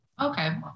Okay